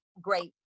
great